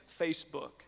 Facebook